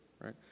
right